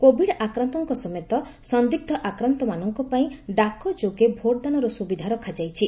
Covid ଆକ୍ରାନ୍ତଙ୍କ ସମେତ ସନ୍ଦିଗ୍ ଆକ୍ରାନ୍ତମାନଙ୍କ ପାଇଁ ଡାକ ଯୋଗେ ଭୋଟଦାନ ସୁବିଧା ରଖାଯାଇଛି